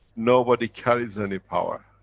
nobody carries any power.